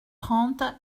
trente